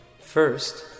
First